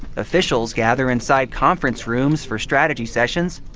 officials gather in side conference rooms for strategy sessions.